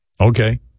Okay